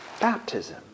Baptism